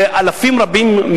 לאלפים רבים,